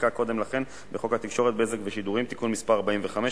נחקק קודם לכן בחוק התקשורת (בזק ושידורים) (תיקון מס' 45),